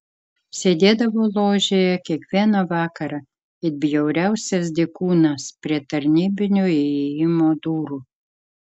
sėdėdavo ložėje kiekvieną vakarą it bjauriausias dykūnas prie tarnybinio įėjimo durų